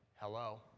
hello